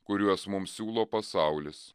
kuriuos mums siūlo pasaulis